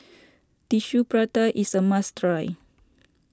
Tissue Prata is a must try